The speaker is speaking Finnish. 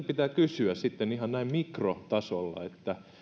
pitää kysyä ihan näin mikrotasolla